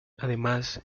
además